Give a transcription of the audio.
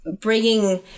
bringing